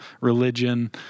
religion